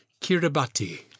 Kiribati